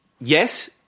Yes